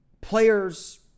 players